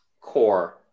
Core